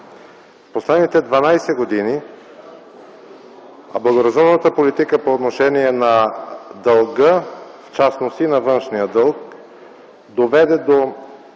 Последните 12 години благоразумната политика по отношение на дълга, в частност и на външния дълг, доведе до